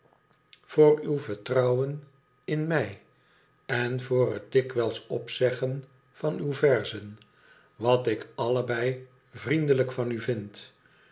voor uw vertrouwen in mij en voor het dikwijls opzeggen van uwe verzen wat ik allebei vriendelijk van u vind